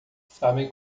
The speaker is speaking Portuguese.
sabem